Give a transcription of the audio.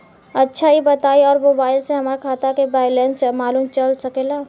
अच्छा ई बताईं और मोबाइल से हमार खाता के बइलेंस मालूम चल सकेला?